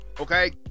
Okay